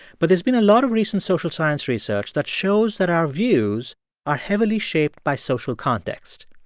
but there's been a lot of recent social science research that shows that our views are heavily shaped by social context.